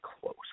close